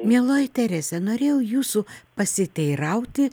mieloji terese norėjau jūsų pasiteirauti